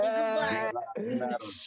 goodbye